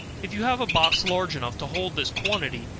if you have a box large enough to hold this quantity,